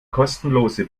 kostenlose